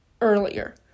earlier